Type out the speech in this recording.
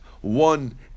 one